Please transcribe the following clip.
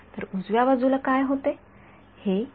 तर उजव्या बाजूला काय होते